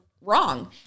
wrong